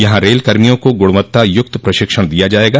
यहां रेल कर्मियों को गुणवत्ता युक्त प्रशिक्षण दिया जायेगा